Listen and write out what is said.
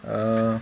ugh